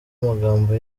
amagambo